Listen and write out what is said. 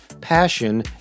Passion